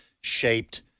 shaped